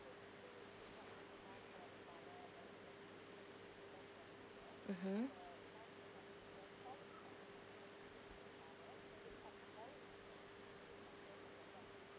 mmhmm